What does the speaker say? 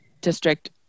district